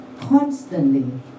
constantly